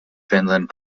finland